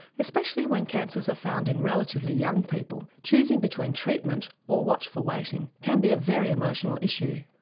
especially when cancers are found in relatively young people, choosing between treatment or watchful waiting can be a very emotional issue.